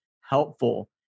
helpful